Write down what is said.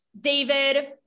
David